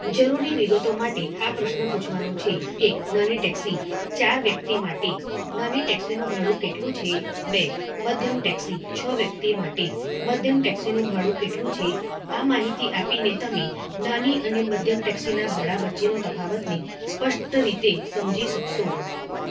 જરૂરી વિગતો માટે આ પ્રશ્ન પૂછવાનો છે એક નાની ટેક્સી ચાર વ્યક્તિ માટે નાની ટેક્સીનું ભાડું કેટલું છે બે મધ્યમ ટેક્સી છ વ્યક્તિ માટે મધ્યમ ટેક્સીનું ભાડું કેટલું છે આ માહિતી આપીને તમે નાની અને મધ્યમ ટેક્સીનાં ભાડાં વચ્ચેનો તફાવતને સ્પષ્ટ રીતે સમજી શકશો